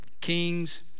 kings